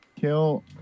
Kill